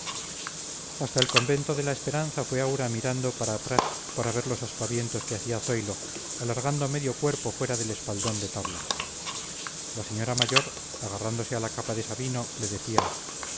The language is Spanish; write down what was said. hasta el convento de la esperanza fue aura mirando para atrás para ver los aspavientos que hacía zoilo alargando medio cuerpo fuera del espaldón de tablas la señora mayor agarrándose a la capa de sabino le decía